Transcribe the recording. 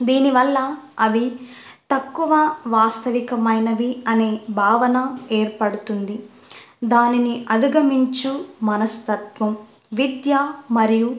దీనివల్ల అవి తక్కువ వాస్తవికమైనవి అనే భావన ఏర్పడుతుంది దానిని అధిగమించు మనస్తత్వం విద్య మరియు